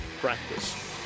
practice